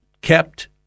kept